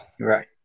Right